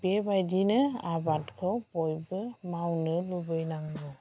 बेबायदिनो आबादखौ बयबो मावनो लुबैनांगौ